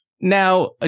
now